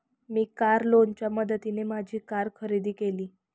मी car लोनच्या मदतीने माझी कार खरेदी केली